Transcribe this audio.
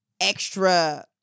extra